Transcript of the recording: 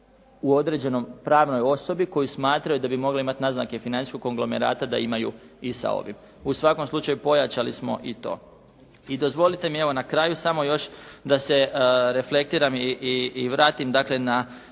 u određenoj pravnoj osobi koju smatraju da bi mogla imati naznake financijskog konglomerata da imaju i sa ovim. U svakom slučaju pojačali smo i to. I dozvolite mi evo na kraju samo još da se reflektiram i vratim dakle